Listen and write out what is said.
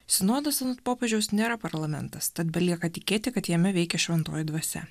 sinodas anot popiežiaus nėra parlamentas tad belieka tikėti kad jame veikia šventoji dvasia